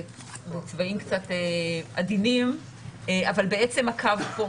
הצבעים קצת עדינים, אבל בעצם הקו פה.